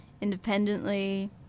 independently